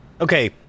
okay